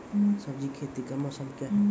सब्जी खेती का मौसम क्या हैं?